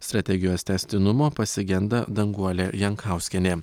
strategijos tęstinumo pasigenda danguolė jankauskienė